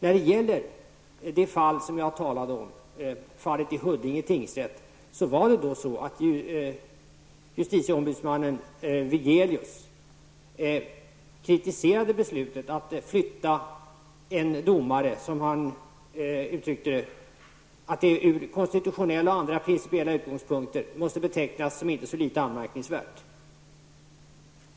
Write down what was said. I det fall som jag talade om, dvs. fallet i Huddinge tingsrätt, kritiserade justitieombudsmannen Wigelius beslutet att flytta en domare och att det, som han uttryckte det, ur konstitutionella och andra principiella utgångspunkter måste betecknas som inte så litet anmärkningsvärt.